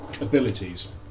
abilities